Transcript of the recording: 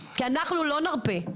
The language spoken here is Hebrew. כי אנחנו לא נרפה.